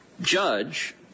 judge